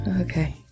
Okay